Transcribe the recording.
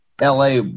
LA